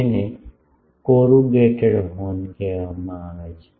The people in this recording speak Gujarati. જેને કોરુગેટેડ હોર્ન કહેવામાં આવે છે